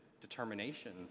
determination